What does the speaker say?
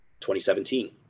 2017